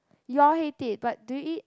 you all hate it but do you eat